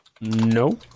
No